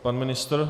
Pan ministr?